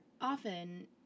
often